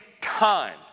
time